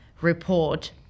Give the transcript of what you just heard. report